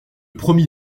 promit